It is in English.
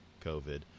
COVID